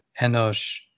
Enosh